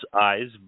eyes